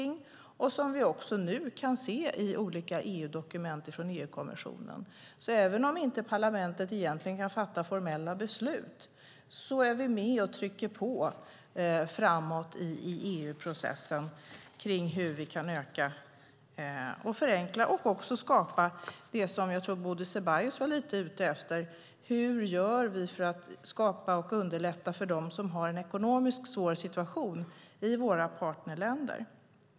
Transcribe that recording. Nu kan vi också se detta i olika dokument från EU-kommissionen. Även om parlamentet inte kan fatta formella beslut är vi med och trycker på framåt i EU-processen. Jag tror att Bodil Ceballos var lite inne på frågan hur vi gör för att underlätta för dem som har en ekonomiskt svår situation i våra partnerländer.